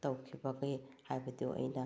ꯇꯧꯈꯤꯕꯒꯦ ꯍꯥꯏꯕꯗꯨ ꯑꯩꯅ